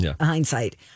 hindsight